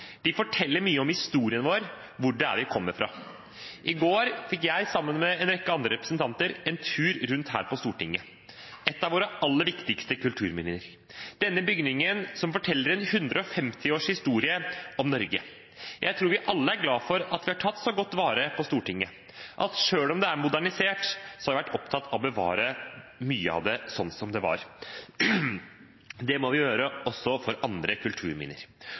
De forteller mye om historien vår, hvor det er vi kommer fra. I går fikk jeg sammen med en rekke andre representanter en tur rundt her på Stortinget, et av våre aller viktigste kulturminner, denne bygningen som forteller en 150 års historie om Norge. Jeg tror vi alle er glad for at vi har tatt så godt vare på Stortinget, at selv om det er modernisert, har vi vært opptatt av å bevare mye av det sånn som det var. Det må vi gjøre også for andre kulturminner.